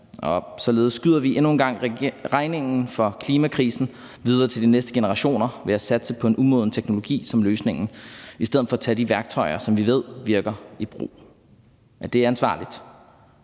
således skyder vi endnu en gang regningen for klimakrisen videre til de næste generationer ved at satse på en umoden teknologi som løsningen i stedet for at tage de værktøjer, som vi ved virker, i brug. Er det ansvarligt?